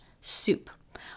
soup